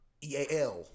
E-A-L